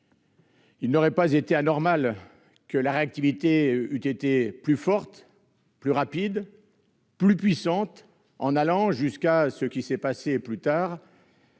Il n'aurait pas été anormal d'avoir une réactivité plus forte, plus rapide, plus puissante, en allant- c'est ce qui s'est passé plus tard